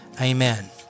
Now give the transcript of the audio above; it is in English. amen